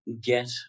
get